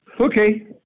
Okay